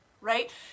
right